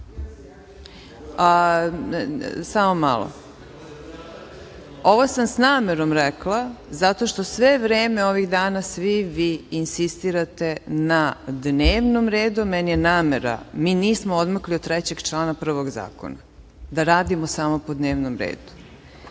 desetog".Ovo sam sa namerom rekla zato što sve vreme ovih dana svi vi insistirate na dnevnom redu. Meni je namera, mi nismo odmakli od 3. člana prvog zakona, da radimo samo po dnevnom redu.